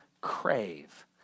crave